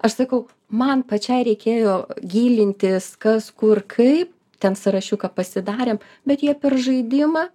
aš sakau man pačiai reikėjo gilintis kas kur kaip ten sąrašiuką pasidarėm bet jie per žaidimą